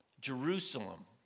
Jerusalem